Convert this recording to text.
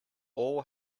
all